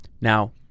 Now